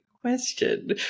question